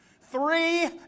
Three